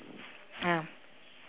mm